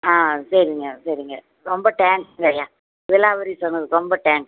ஆ சரிங்க சரிங்க ரொம்ப தேங்க்ஸ்ங்க ஐயா விலாவரியா சொன்னதுக்கு ரொம்ப தேங்க்ஸ்